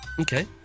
Okay